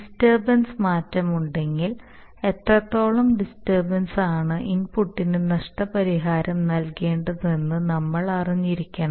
disturbance മാറ്റമുണ്ടെങ്കിൽ എത്രത്തോളം disturbance ആണ് ഇൻപുട്ടിന് നഷ്ടപരിഹാരം നൽകേണ്ടതെന്ന് നമ്മൾ അറിഞ്ഞിരിക്കണം